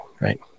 right